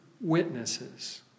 witnesses